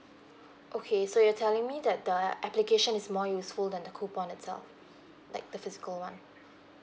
okay so you're telling me that the application is more useful than the coupon itself like the physical one